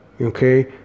okay